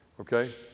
Okay